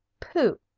pooh!